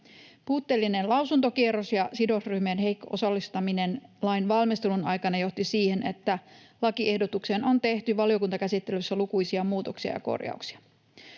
Puutteellinen lausuntokierros ja sidosryhmien heikko osallistaminen lainvalmistelun aikana johti siihen, että lakiehdotukseen on tehty valiokuntakäsittelyssä lukuisia muutoksia ja korjauksia.